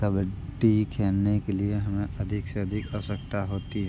कबड्डी खेलने के लिए हमें अधिक से अधिक आवश्यकता होती है